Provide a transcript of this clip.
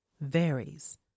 varies